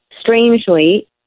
Strangely